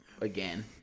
again